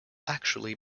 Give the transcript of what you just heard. actually